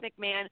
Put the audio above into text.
McMahon